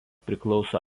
priklauso